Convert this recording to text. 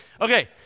Okay